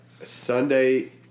Sunday